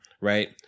Right